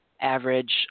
average